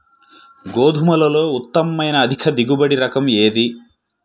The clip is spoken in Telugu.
గోధుమలలో ఉత్తమమైన అధిక దిగుబడి రకం ఏది?